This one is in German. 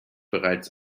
bereits